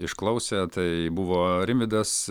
išklausė tai buvo rimvydas